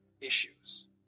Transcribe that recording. issues